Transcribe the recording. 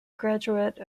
graduate